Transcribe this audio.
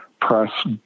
Press